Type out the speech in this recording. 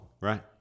Right